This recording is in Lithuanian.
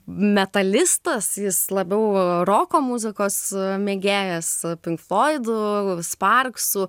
metalistas jis labiau roko muzikos mėgėjas pink floidų sparksų